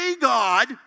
God